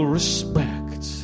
respect